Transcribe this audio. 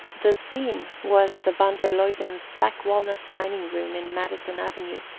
the scene was the van der luydens' black walnut dining-room in madison avenue,